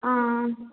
ஆ